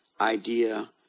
Idea